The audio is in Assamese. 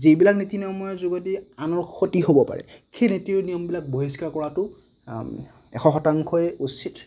যিবিলাক নীতি নিয়মৰ যোগেদি আনৰ ক্ষতি হ'ব পাৰে সেই নীতি নিয়মবিলাক বহিষ্কাৰ কৰাটো এশ শতাংশই উচিত